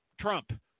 Trump